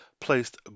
placed